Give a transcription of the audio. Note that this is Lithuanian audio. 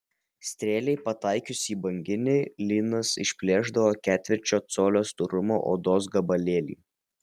strėlei pataikius į banginį lynas išplėšdavo ketvirčio colio storumo odos gabalėlį